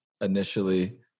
initially